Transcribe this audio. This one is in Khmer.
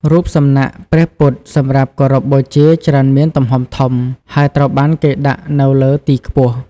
រូបសំណាក់ព្រះពុទ្ធសម្រាប់គោរពបូជាច្រើនមានទំហំធំ ហើយត្រូវបានគេដាក់នៅលើទីខ្ពស់។